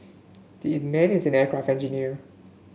man is an aircraft engineer